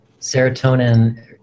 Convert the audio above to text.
serotonin